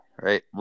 right